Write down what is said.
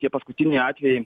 tie paskutiniai atvejai